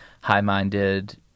high-minded